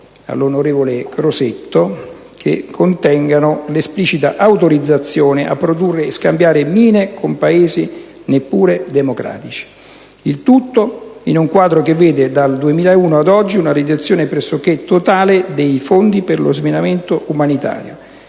Crosetto - che contengano l'esplicita autorizzazione a produrre e a scambiare mine, con Paesi neppure democratici. Il tutto, in un quadro che vede, dal 2001 ad oggi, una riduzione pressoché totale dei fondi per lo sminamento umanitario.